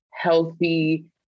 healthy